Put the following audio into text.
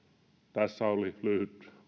tässä oli lyhyt